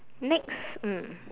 next mm